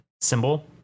symbol